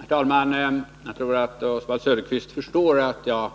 Herr talman! Jag tror att Oswald Söderqvist förstår att jag